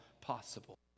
possible